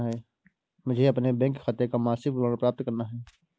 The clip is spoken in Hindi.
मुझे अपने बैंक खाते का मासिक विवरण प्राप्त करना है?